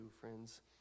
friends